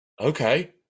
okay